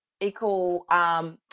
equal